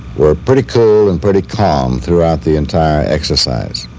were pretty cool and pretty calm throughout the entire exercise,